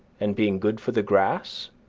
and, being good for the grass,